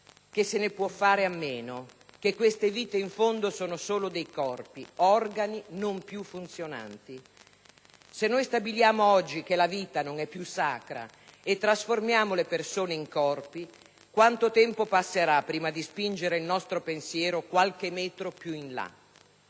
che se ne può fare a meno, che queste vite in fondo sono solo dei corpi, organi non più funzionanti? Se stabiliamo oggi che la vita non è più sacra e trasformiamo le persone in corpi, quanto tempo passerà prima di spingere il nostro pensiero qualche metro più in là?